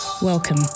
welcome